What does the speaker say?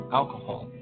alcohol